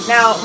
Now